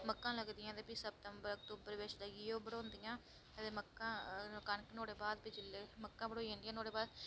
मक्कां लगदियां ते भी सितंबर अक्तूबर बिच अदे मक्कां कनक नोआढ़े बाद मक्कां बढ़ोई जंदियां भी नोआढ़ै बाद